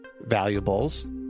valuables